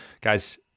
Guys